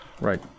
right